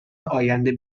آینده